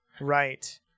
right